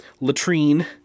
latrine